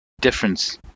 difference